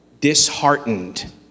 Disheartened